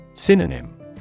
Synonym